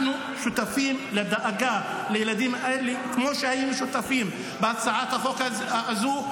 אנחנו שותפים לדאגה לילדים האלה כמו שהיינו שותפים בהצעת החוק הזאת.